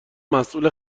مسئول